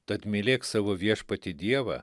tad mylėk savo viešpatį dievą